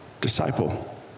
disciple